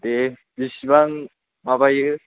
दे बिसिबां माबायो